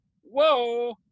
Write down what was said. Whoa